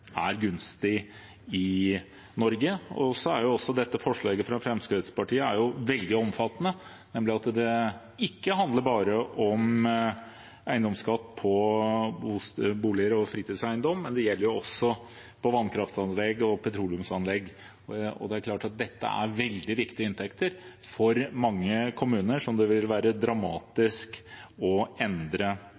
gunstig i Norge. Dette forslaget fra Fremskrittspartiet er veldig omfattende ved at det ikke bare handler om eiendomsskatt på bolig- og fritidseiendom, men det gjelder også vannkraftanlegg og petroleumsanlegg. Det er klart veldig viktige inntekter for mange kommuner som det vil være dramatisk å endre